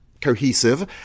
cohesive